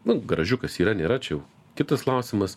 nu garažiukas yra nėra čia jau kitas klausimas